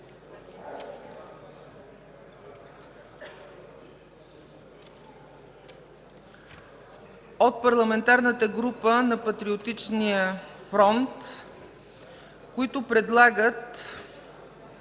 от Парламентарната група на Патриотичния фронт, които предлагат